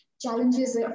challenges